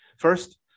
First